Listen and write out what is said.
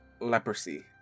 leprosy